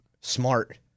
Smart